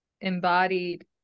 embodied